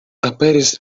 aperis